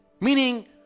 Meaning